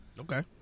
Okay